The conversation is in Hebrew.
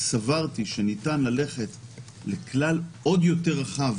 סברתי שניתן ללכת לכלל עוד יותר רחב.